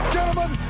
Gentlemen